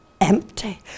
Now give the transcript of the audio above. empty